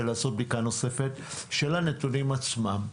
ולעשות בדיקה נוספת של הנתונים עצמם.